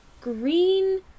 green